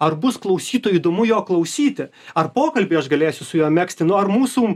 ar bus klausytojui įdomu jo klausyti ar pokalbį aš galėsiu su juo megzti nu ar mūsų